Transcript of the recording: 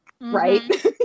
right